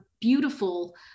beautiful